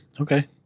Okay